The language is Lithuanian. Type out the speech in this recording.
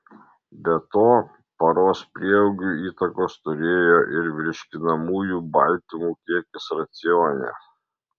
be to paros prieaugiui įtakos turėjo ir virškinamųjų baltymų kiekis racione